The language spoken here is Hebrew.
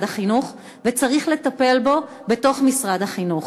החינוך וצריך לטפל בו בתוך משרד החינוך.